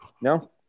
No